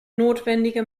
notwendige